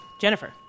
Jennifer